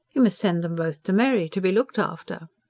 you must send them both to mary, to be looked after.